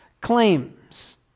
claims